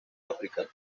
áfrica